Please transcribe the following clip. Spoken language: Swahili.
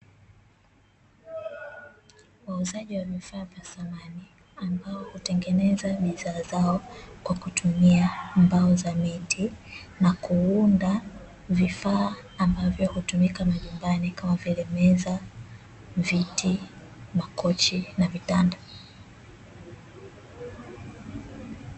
Wauzaji wa vifaa vya samani ambao hutengeneza bidhaa zao kwa kutumia mbao za miti na kuunda vifaa ambavyo hutumika majumbani kama vile meza, viti, makochi na vitanda.